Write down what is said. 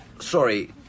Sorry